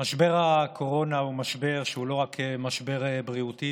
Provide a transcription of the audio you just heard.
משבר הקורונה הוא משבר שהוא לא רק משבר בריאותי,